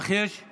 אך ישנן